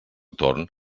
torn